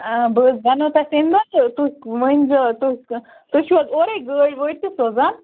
آ بہٕ حظ وَنو تۄہہِ تَمہِ دۄہ تہٕ تُہۍ وٕنۍزیو تُہۍ کہٕ تُہۍ چھُو حظ اورَے گٲڑۍ وٲڑۍ تہِ سوزان